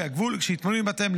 שהתפנו מבתיהם,